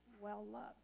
well-loved